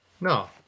No